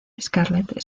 scarlett